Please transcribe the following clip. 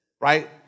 right